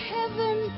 heaven